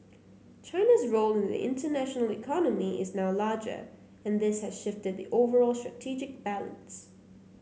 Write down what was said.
China's role in the international economy is now larger and this has shifted the overall strategic balance